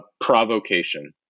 provocation